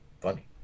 Funny